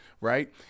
right